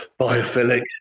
biophilic